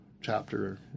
chapter